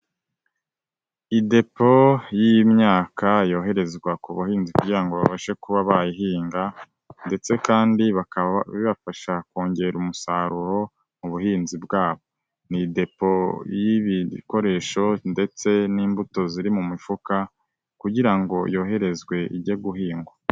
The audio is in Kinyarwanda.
Idepo y'imyaka yoherezwa ku bahinzi kugira ngo babashe kuba bayihinga, ndetse kandi bakaba bibafasha kongera umusaruro mu buhinzi bwabo. Ni depo y'ibikoresho ndetse n'imbuto ziri mu mifuka kugira ngo yoherezwe ijye guhingwa.